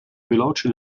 veloce